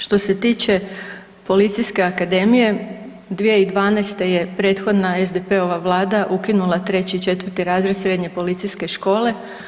Što se tiče Policijske akademije 2012. je prethodna SDP-ova vlada ukinula 3. i 4. razred Srednje policijske škole.